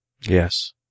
Yes